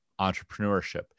entrepreneurship